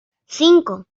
cinco